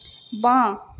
বাঁ